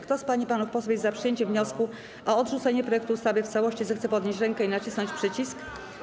Kto z pań i panów posłów jest za przyjęciem wniosku o odrzucenie projektu ustawy w całości, zechce podnieść rękę i nacisnąć przycisk.